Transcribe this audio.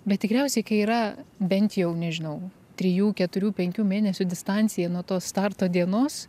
bet tikriausiai kai yra bent jau nežinau trijų keturių penkių mėnesių distancija nuo to starto dienos